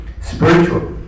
spiritual